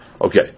Okay